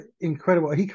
incredible